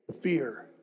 Fear